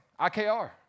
Ikr